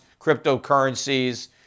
cryptocurrencies